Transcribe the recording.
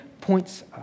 points